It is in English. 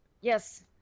yes